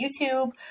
YouTube